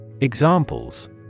Examples